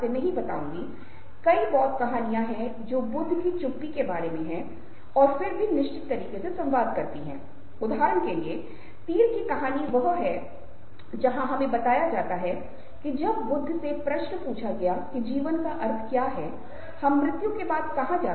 वास्तविक अभिव्यक्तियाँ अधिक सममित और झूठी अभिव्यक्तियाँ अधिक विषम हैं इस तथ्य के बावजूद कि वास्तविक भाव थोड़ा विषम हैं